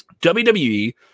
WWE